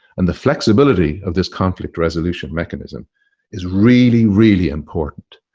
and the flexibility of this conflict resolution mechanism is really, really important.